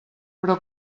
però